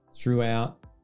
Throughout